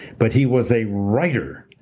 but he was a writer,